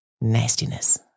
Nastiness